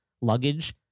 luggage